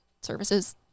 services